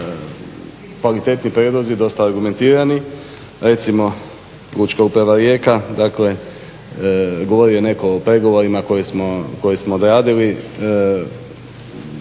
kvalitetni prijedlozi, dosta argumentirani. Recimo Lučka uprava Rijeka, dakle govorio je netko o pregovorima koje smo odradili,